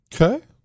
Okay